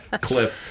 clip